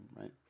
right